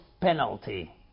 penalty